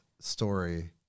story